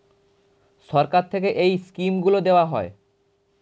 সরকার থেকে এই স্কিমগুলো দেওয়া হয়